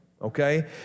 okay